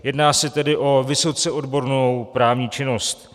Jedná se tedy o vysoce odbornou právní činnost.